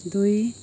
दुई